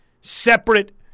separate